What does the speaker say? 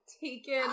taken